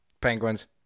Penguins